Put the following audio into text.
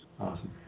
awesome